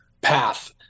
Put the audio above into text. path